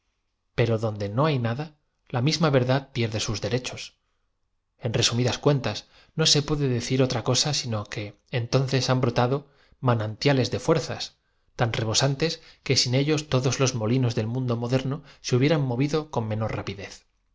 pero donde no hay nada la misma verdad pierde sus derechos kn resumidas cuentas no se puode decir otra coaa sino que entonces han brotado manantiales de fuerzas tan rebosantes que sin ellos todos los molinos del mundo moderno se hubieran movido con menor rapidez